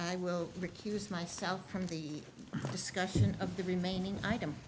i will recuse myself from the discussion of the remaining i